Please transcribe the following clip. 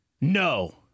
No